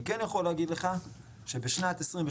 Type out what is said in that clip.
אני כן יכול להגיד לך שבשנת 2022